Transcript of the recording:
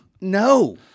no